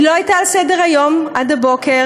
היא לא הייתה על סדר-היום עד הבוקר,